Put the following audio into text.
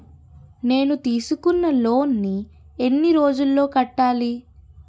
నేను తీసుకున్న లోన్ నీ ఎన్ని రోజుల్లో కట్టాలి?